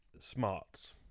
Smarts